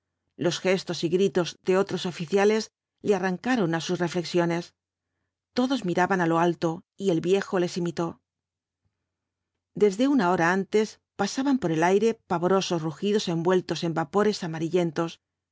los gestos y gritos de otros oficiales le arrancaron á sus reflexiones todos miraban á lo alto y el viejo les imitó desde una hora antes pasaban por el aire pavorosos rugidos envueltos en vapores amarillentos